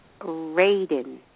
Raiden